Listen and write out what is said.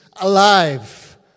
alive